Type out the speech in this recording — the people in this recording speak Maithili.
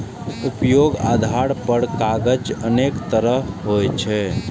उपयोगक आधार पर कागज अनेक तरहक होइ छै